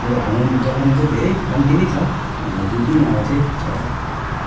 त्यो हाम्रो जगामा चाहिँ धेरै कम्ती नै छ दुई तिनवटा चाहिँ छ होला